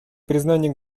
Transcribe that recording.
признания